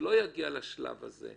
שלא יגיעו לשלב הזה,